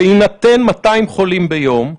בהינתן 200 חולים ביום,